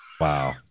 Wow